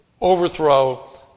overthrow